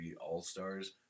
All-Stars